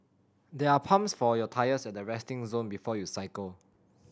there are pumps for your tyres at the resting zone before you cycle